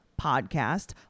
podcast